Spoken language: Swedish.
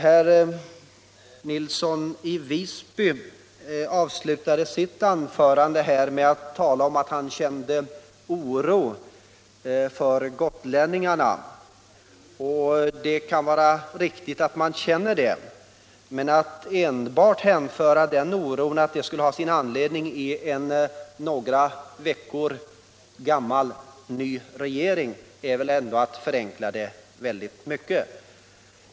Herr Nilsson i Visby avslutade sitt anförande med att säga att han kände oro för gotlänningarna. Det kan vara berättigat att känna en sådan oro. Men att påstå att den oron skulle bero på att vi har en ny, nu några veckor gammal regering är ändå att förenkla väl mycket.